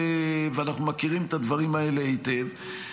אנחנו מכירים את הדברים האלה היטב.